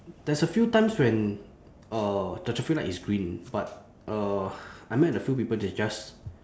there's a few times when uh the traffic light is green but uh I met a few people they just